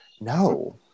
No